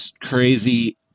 crazy